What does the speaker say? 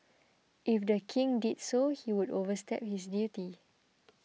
if the King did so he would overstep his duty